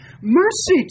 mercy